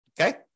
okay